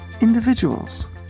individuals